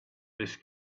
this